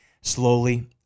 slowly